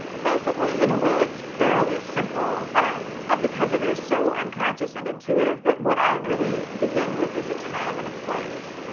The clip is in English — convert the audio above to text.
basically, in a way, it's fairly simple um because it is so unconscious and intuitive, but what i really begin with is a time and a place.